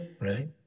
Right